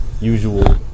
Usual